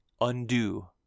undo